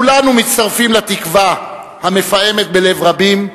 כולנו מצטרפים לתקווה המפעמת בלב רבים,